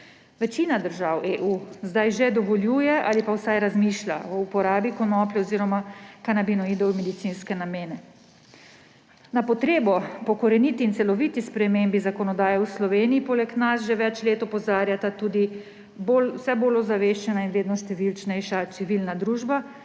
Večina držav EU zdaj že dovoljuje ali pa vsaj razmišlja o uporabi konoplje oziroma kanabinoidov v medicinske namene. Na potrebo po koreniti in celoviti spremembi zakonodaje v Sloveniji poleg nas že več let opozarjata tudi vse bolj ozaveščena in vedno številnejša civilna družba,